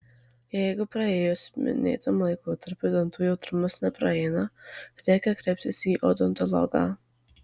jeigu praėjus minėtam laikotarpiui dantų jautrumas nepraeina reikia kreiptis į odontologą